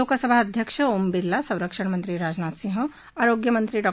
लोकसभा अध्यक्ष ओम बिर्ला संरक्षणमंत्री राजनाथ सिंह आरोग्यमंत्री डॉ